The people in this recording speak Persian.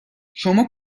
شما